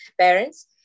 parents